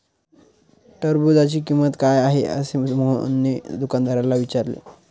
टरबूजाची किंमत काय आहे असे मोहनने दुकानदाराला विचारले?